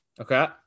Okay